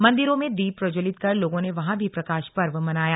मंदिरों में दीप प्रज्वलित कर लोगों ने वहां भी प्रकाश पर्व मनाया